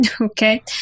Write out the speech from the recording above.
Okay